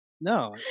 no